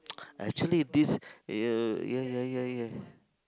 actually this eh ya ya ya ya